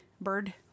bird